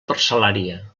parcel·lària